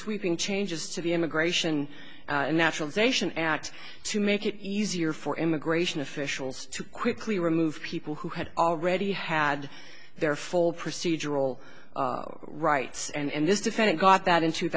sweeping changes to the immigration and naturalization act to make it easier for immigration officials to quickly remove people who had already had their full procedural rights and this defendant got that in two